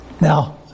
Now